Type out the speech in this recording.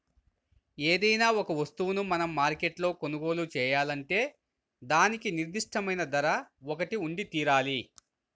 ఏదైనా ఒక వస్తువును మనం మార్కెట్లో కొనుగోలు చేయాలంటే దానికి నిర్దిష్టమైన ధర ఒకటి ఉండితీరాలి